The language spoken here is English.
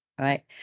Right